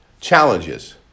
challenges